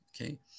okay